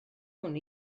hwn